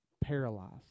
paralyzed